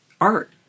art